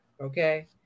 okay